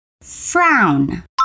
Frown